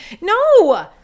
No